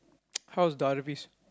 how's